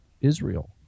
israel